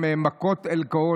"מכות אלכוהול",